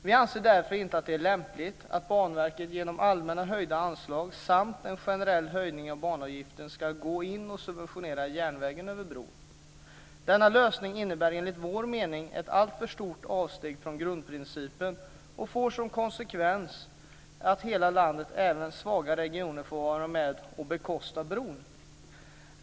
Vi anser därför inte att det är lämpligt att Banverket genom allmänt höjda anslag samt en generell höjning av banavgiften ska gå in och subventionera järnvägen över bron. Denna lösning innebär enligt vår mening ett alltför stort avsteg från grundprincipen och får som konsekvens att hela landet, även svaga regioner, får vara med och bekosta bron.